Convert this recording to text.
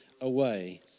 away